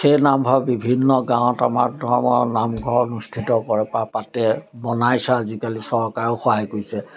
সেই নামঘৰ বিভিন্ন গাঁৱত আমাৰ ধৰ্মৰ নামঘৰত অনুষ্ঠিত কৰে পাতে বনাইছে আজিকালি চৰকাৰেও সহায় কৰিছে